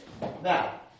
Now